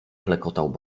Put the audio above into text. klekotał